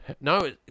No